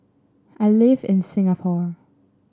I live in Singapore